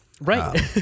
right